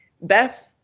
Beth